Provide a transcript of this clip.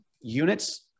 units